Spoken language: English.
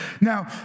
Now